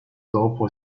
dopo